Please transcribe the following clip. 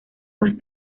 más